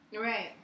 Right